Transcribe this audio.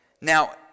now